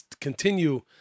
continue